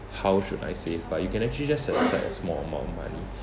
how should I save but you can actually just set aside a small amount of money